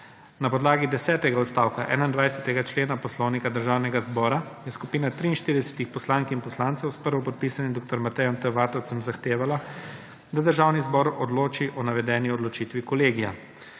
Na podlagi desetega odstavka 21. člena Poslovnika Državnega zbora je skupina 43 poslank in poslancev s prvopodpisanim dr. Matej T. Vatovcem zahtevala, da Državni zbor odloči o navedeni odločitvi Kolegija.